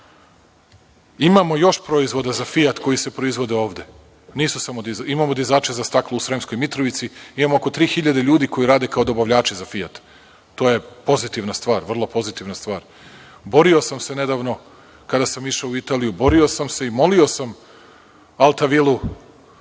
još proizvoda za „Fijat“ koji se proizvodi ovde. Imamo dizače za stakla u Sremskoj Mitrovici. Imamo oko 3.000 ljudi koji rade kao dobavljači za „Fijat“. To je vrlo pozitivna stvar. Borio sam se nedavno kada sam išao u Italiju, borio sam se i molio sam „Alta vilu“